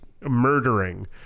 murdering